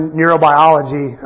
neurobiology